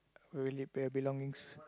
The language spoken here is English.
will leave your belongings